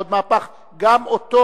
גם אותו,